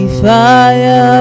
fire